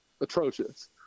atrocious